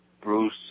Bruce